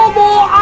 more